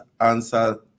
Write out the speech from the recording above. answer